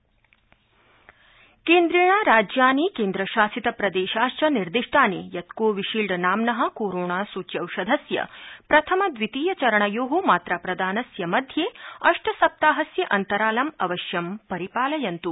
केन्द्रम् केन्द्रेण राज्यानि केन्द्रशासित प्रदेशाश्च निर्देष्टानि यत् कोविशील्ड नाम्न कोरोना सूच्यौषधस्य प्रथम द्वितीय चरणयो मात्राप्रदानस्य मध्ये अष्ट सप्ताहस्य अन्तरालं अवश्यं पालयन्त्